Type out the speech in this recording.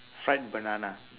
fried banana